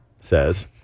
says